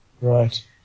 Right